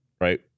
right